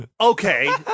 Okay